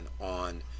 on